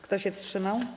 Kto się wstrzymał?